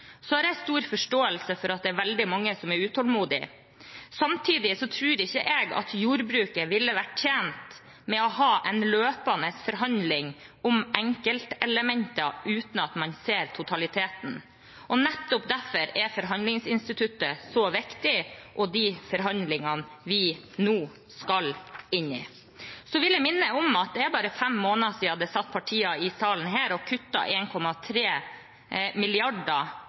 har stor forståelse for at det er veldig mange som er utålmodige. Samtidig tror jeg ikke jordbruket ville vært tjent med å ha en løpende forhandling om enkeltelementer uten at man ser totaliteten. Nettopp derfor er forhandlingsinstituttet og de forhandlingene vi nå skal inn i, så viktige. Jeg vil minne om at det er bare fem måneder siden det satt partier i salen her og